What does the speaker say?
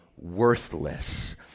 worthless